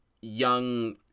young